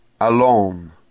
Alone